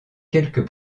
quelques